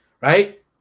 right